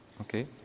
Okay